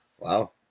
Wow